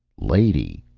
lady,